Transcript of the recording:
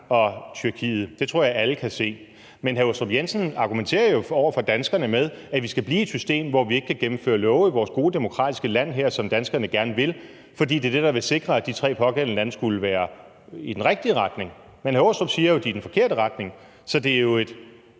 og Tyrkiet. Det tror jeg alle kan se. Men hr. Michael Aastrup Jensen argumenterer jo over for danskerne med, at vi skal blive i et system, hvor vi ikke kan gennemføre love, som danskerne gerne vil, i vores gode demokratiske land her, fordi det er det, der vil sikre, at de tre pågældende lande skulle være på vej i den rigtige retning. Men hr. Michael Aastrup Jensen siger jo, at de er på vej i den forkerte retning, så det er